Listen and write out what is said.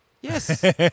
Yes